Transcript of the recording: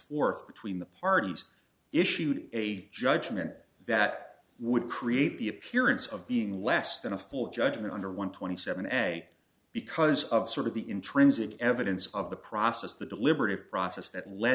forth between the parties issued a judgment that would create the appearance of being less than a full judgment under one twenty seven essay because of sort of the intrinsic evidence of the process the deliberative process that led